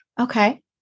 Okay